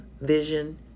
vision